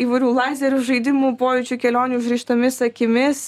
įvairių lazerių žaidimų pojūčių kelionių užrištomis akimis